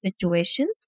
situations